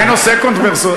זה נושא קונטרוברסלי?